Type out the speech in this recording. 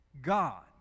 God